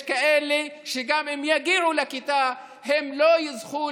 יש כאלה שגם אם יגיעו לכיתה הם לא יזכו